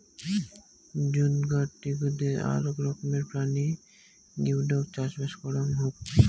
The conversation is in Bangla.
জুগদার টিকৌতে আক রকমের প্রাণী গিওডক চাষবাস করাং হউক